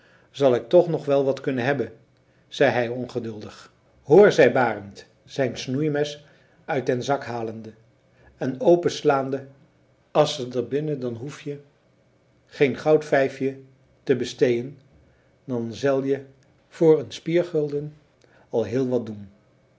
zal ik toch nog wel wat kunnen hebben zei hij ongeduldig hoor zei barend zijn snoeimes uit den zak halende en openslaande as ze der binnen dan hoefje geen goud vijfje te besteeën dan zelje voor een spiergulden al heel wat doen